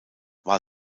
war